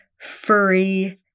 furry